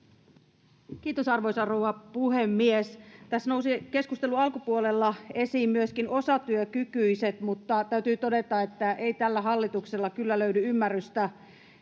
Kiitos, arvoisa rouva puhemies! Tässä nousi keskustelun alkupuolella esiin myöskin osatyökykyiset, mutta täytyy todeta, että ei tältä hallitukselta kyllä löydy ymmärrystä